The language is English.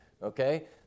Okay